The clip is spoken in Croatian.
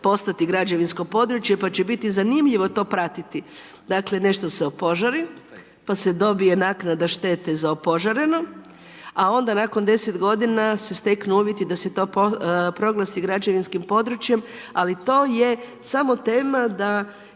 postati građevinsko područje, pa će biti zanimljivo to pratiti. Dakle, nešto se opožari, pa se dobije naknada štete za opožareno, a onda nakon 10 godina se steknu uvjeti da se to proglasi građevinskim područjem, ali to je samo tema da